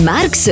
Marx